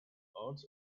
holds